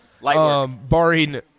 Barring